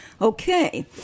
okay